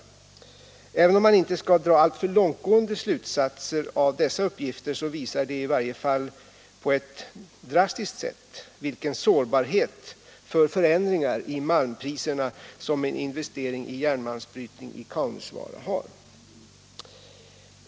Även om man inte skall dra alltför långtgående slutsatser av dessa uppgifter så visar de i varje fall på ett drastiskt sätt vilken sårbarhet för förändringar av malmpriserna som en investering i järnmalmbrytning i Kaunisvaara har.